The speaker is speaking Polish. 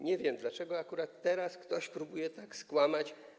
Nie wiem, dlaczego akurat teraz ktoś próbuje tak kłamać.